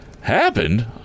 Happened